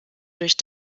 durch